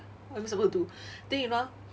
what am I supposed to do then you know